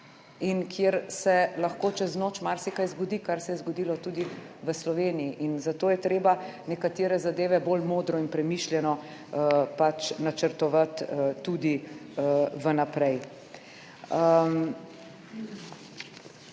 in kjer se lahko čez noč marsikaj zgodi, kar se je zgodilo tudi v Sloveniji. Zato je treba nekatere zadeve bolj modro in premišljeno načrtovati tudi v naprej.